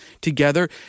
together